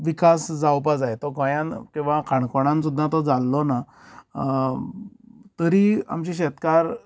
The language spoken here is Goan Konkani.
विकास जावपा जाय तो गोंयान किंवां काणकोणान सुद्दां तो जाल्लो ना तरी आमचें शेतकार